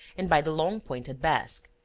and by the long-pointed basque.